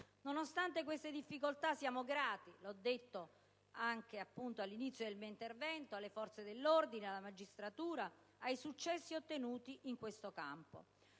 Nonostante queste difficoltà siamo grati, l'ho detto anche all'inizio del mio intervento, alle forze dell'ordine, alla magistratura, ai successi ottenuti in questo campo.